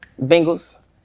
Bengals